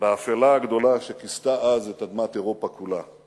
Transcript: באפלה הגדולה שכיסתה אז את אדמת אירופה כולה.